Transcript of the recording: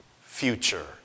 future